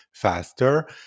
faster